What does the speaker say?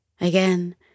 again